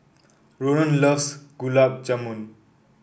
Ronan loves Gulab Jamun